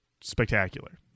spectacular